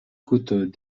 côtes